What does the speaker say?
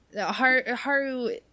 haru